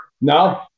No